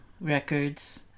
Records